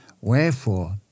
Wherefore